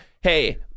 hey